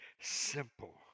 simple